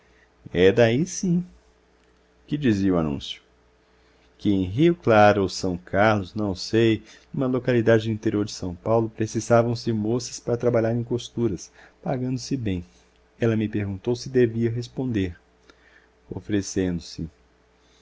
é daí sim que dizia o anúncio que em rio claro ou são carlos não sei numa localidade do interior de são paulo precisavam se moças para trabalhar em costuras pagando se bem ela me perguntou se devia responder oferecendo se